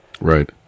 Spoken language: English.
Right